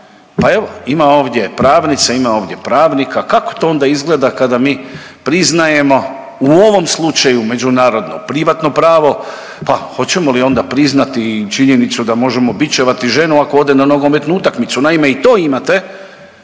Pa evo ima ovdje pravnica, ima ovdje pravnika kako to onda izgleda kada mi priznajemo u ovom slučaju međunarodno privatno pravo, pa hoćemo li onda priznati i činjenicu da možemo bičevati ženu ako ode na nogometnu utakmicu? Naime, i to imate